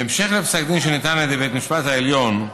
בהמשך לפסק דין שניתן על ידי בית המשפט העליון,